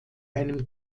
einem